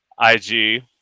ig